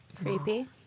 Creepy